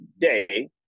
day